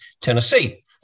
Tennessee